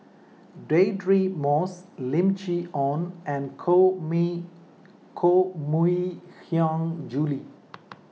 Deirdre Moss Lim Chee Onn and Koh Mi Koh Mui Hiang Julie